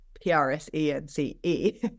P-R-S-E-N-C-E